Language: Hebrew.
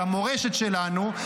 של המורשת שלנו,